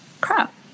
crap